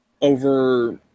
over